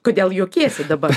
kodėl juokiesi dabar